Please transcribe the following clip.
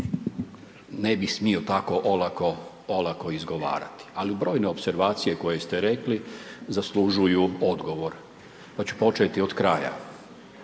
ne bi smio tako olako izgovarati. Ali brojne opservacije koje ste rekli zaslužuju odgovor. Pa ću početi od kraja.